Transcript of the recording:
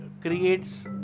creates